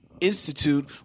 Institute